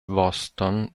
voston